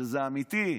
שזה אמיתי.